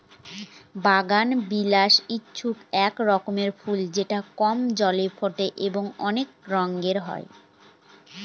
বাগানবিলাস হচ্ছে এক রকমের ফুল যেটা কম জলে ফোটে এবং অনেক রঙের হয়